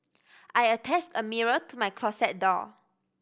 I attached a mirror to my closet door